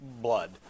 blood